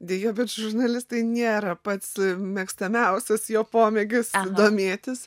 deja bet žurnalistai nėra pats mėgstamiausias jo pomėgis domėtis